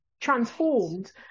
transformed